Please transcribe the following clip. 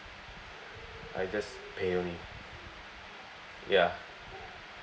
I just pay only ya